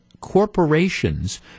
corporations